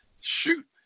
shoot